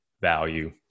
value